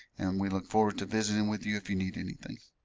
we look forward to visiting with you if you need anything